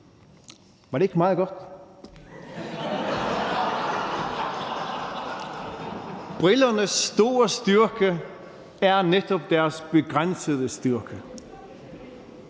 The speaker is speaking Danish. kan ses igennem dem. Brillernes store styrke er netop deres begrænsede styrke.